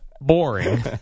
boring